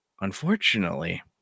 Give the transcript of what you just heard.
Unfortunately